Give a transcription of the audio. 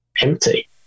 empty